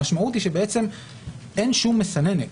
המשמעות היא שאין שום מסננת.